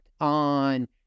on